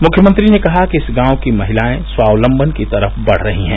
मुख्यमंत्री ने कहा कि इस गांव की महिलाए स्वावलम्बन की तरफ बढ़ रही हैं